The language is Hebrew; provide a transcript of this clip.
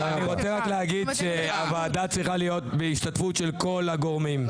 אני רוצה רק להגיד שהוועדה צריכה להיות בהשתתפות של כל הגורמים,